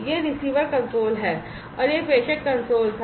यह receiver console है और यह प्रेषक कंसोल था